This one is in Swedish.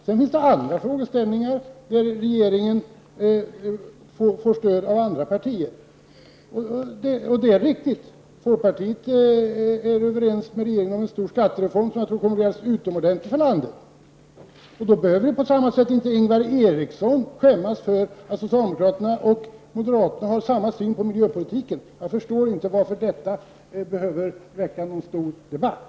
Sedan finns det andra frågor där regeringen får stöd från andra partier. Folkpartiet är överens med regeringen om en stor skattereform som jag tror kommer att bli alldeles utomordentlig för landet. Då behöver inte Ingvar Eriksson skämmas för att socialdemokraterna och moderaterna har samma syn på miljöpolitiken. Jag förstår inte varför detta behöver väcka någon stor debatt.